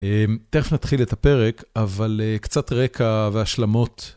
תכף נתחיל את הפרק, אבל קצת רקע והשלמות.